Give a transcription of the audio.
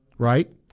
right